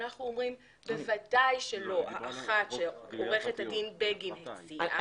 אנחנו אומרים בוודאי שלא האחת שעורכת הדין בגין הציעה.